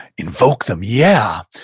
invoke them? yeah,